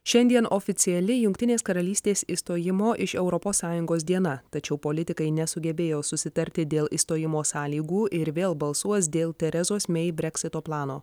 šiandien oficiali jungtinės karalystės išstojimo iš europos sąjungos diena tačiau politikai nesugebėjo susitarti dėl išstojimo sąlygų ir vėl balsuos dėl teresos mei breksito plano